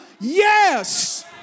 yes